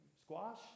Squash